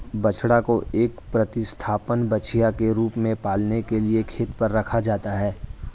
बछड़ा को एक प्रतिस्थापन बछिया के रूप में पालने के लिए खेत पर रखा जाता है